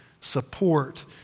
support